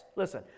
Listen